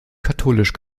katholisch